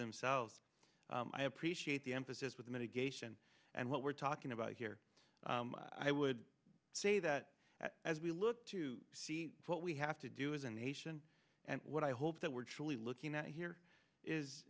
themselves i appreciate the emphasis with mitigation and what we're talking about here i would say that as we look to see what we have to do as a nation and what i hope that we're truly looking at here is